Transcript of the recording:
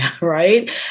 right